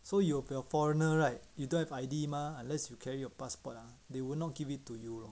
so you a foreigner right you don't have I_D mah unless you carry your passport ah they would not give it to you